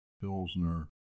Pilsner